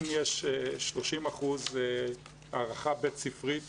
אם יש 30% הערכה בית ספרית